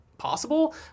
possible